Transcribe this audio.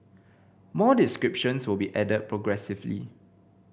more descriptions will be added progressively